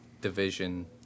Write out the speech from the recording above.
Division